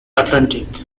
atlantic